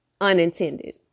Unintended